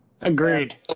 Agreed